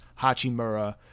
Hachimura